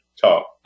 talk